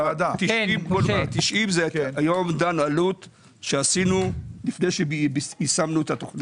90 היה אומדן עלות שעשינו לפני שיישמנו את התוכנית.